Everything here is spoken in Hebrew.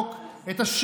את שלטון החוק,